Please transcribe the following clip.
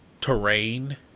terrain